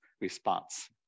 response